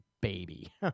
baby